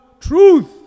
truth